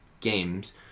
games